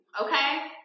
okay